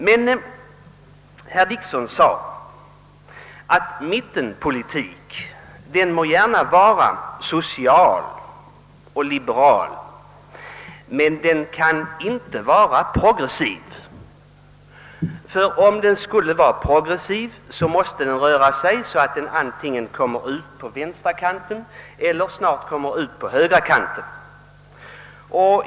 Herr Dickson sade att en mittenpolitik gärna må vara social och liberal, men den kan inte vara progressiv, ty om den skulle vara progressiv måste den röra sig så att den antingen snart kommer ut till vänsterkanten eller till högerkanten.